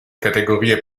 categorie